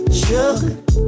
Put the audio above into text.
sugar